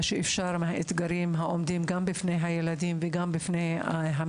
שאפשר את האתגרים העומדים בפני הילדים והמשפחות.